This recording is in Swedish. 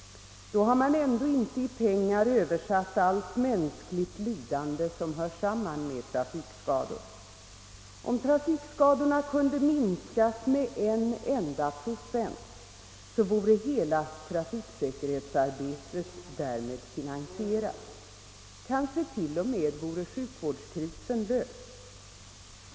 Då har man ändå inte i pengar översatt allt mänskligt lidande som hör samman med trafikskador. Om trafikskadorna kunde minskas med en enda procent, vore hela trafiksäkerhetsarbetet därmed finansierat. Kanske t.o.m. sjukvårdskrisen vore löst.